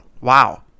Wow